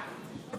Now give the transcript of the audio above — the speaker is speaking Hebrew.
לא כפוף.